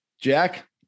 Jack